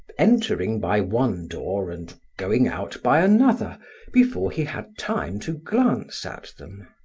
entering by one door and going out by another before he had time to glance at them.